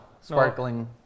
Sparkling